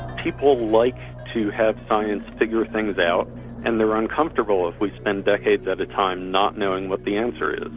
people like to have science figure things out and they're uncomfortable if we spend decades at a time not knowing what the answer is.